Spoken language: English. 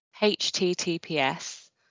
https